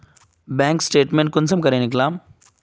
Bank statement कुंसम करे निकलाम?